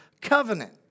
covenant